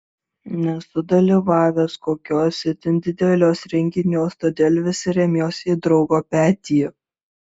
nesu dalyvavęs kokiuos itin dideliuos renginiuos todėl vis remiuos į draugo petį